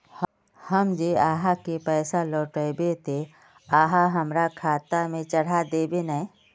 हम जे आहाँ के पैसा लौटैबे ते आहाँ हमरा खाता में चढ़ा देबे नय?